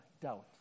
doubt